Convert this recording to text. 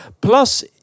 plus